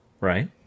Right